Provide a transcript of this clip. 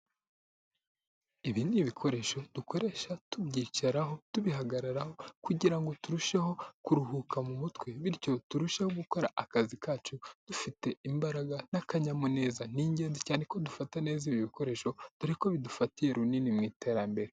Ibi ni ibikoresho dukoresha tubyicaraho, tubihagararaho kugirango turusheho kuruhuka mu mutwe, bityo turusheho gukora akazi kacu dufite imbaraga n'akanyamuneza. Ni ingenzi cyane ko dufata neza ibi bikoresho, dore ko bidufatiye runini mu iterambere.